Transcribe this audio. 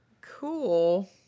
Cool